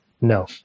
no